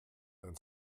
dein